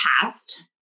past